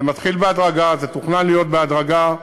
זה מתחיל בהדרגה, זה תוכנן להיות בהדרגה.